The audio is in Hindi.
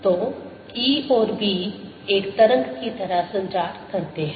तो E और B एक तरंग की तरह संचार करते हैं